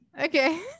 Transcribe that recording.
Okay